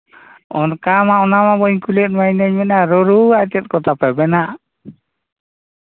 ᱚᱱᱠᱟ ᱢᱟ ᱚᱱᱟ ᱢᱟ ᱵᱟᱹᱧ ᱠᱩᱞᱤᱭᱮᱫ ᱢᱮᱭᱟ ᱤᱧᱫᱩᱧ ᱢᱮᱱᱮᱫ ᱨᱩᱨᱩᱣᱟᱜ ᱪᱮᱫ ᱠᱚ ᱛᱟᱯᱮ ᱢᱮᱱᱟᱜ